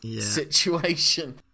situation